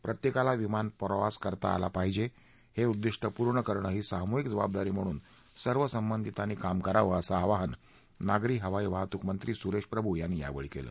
प्रत्येकाला विमान प्रवास करता आला पाहिजे हे उद्दिष्ट पूर्ण करणं ही सामूहिक जबाबदारी म्हणून सर्व संबंधितांनी काम करावं असं आवाहन नागरी हवाई वाहतूक मंत्री सुरेश प्रभू यांनी यावेळी केलं